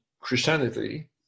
christianity